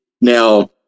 now